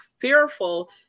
fearful